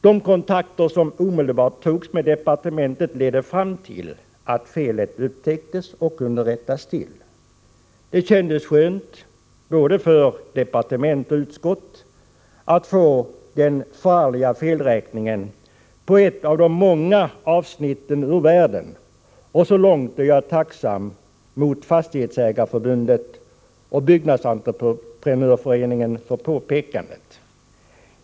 De kontakter som omedelbart togs med departementet ledde fram till att felet upptäcktes och kunde rättas till. Det kändes ganska skönt för både departement och utskott att få den förargliga felräkningen på ett av de många avsnitten ur världen, och så långt är jag tacksam mot Fastighetsägareförbundet och Byggnadsentreprenörföreningen för påpekandet.